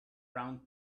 round